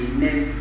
name